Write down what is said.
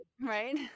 right